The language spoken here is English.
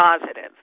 positive